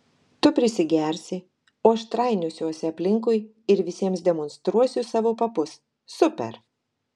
tu prisigersi o aš trainiosiuosi aplinkui ir visiems demonstruosiu savo papus super